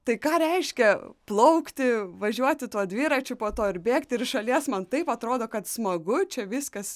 tai ką reiškia plaukti važiuoti tuo dviračiu po to ir bėgti ir iš šalies man taip atrodo kad smagu čia viskas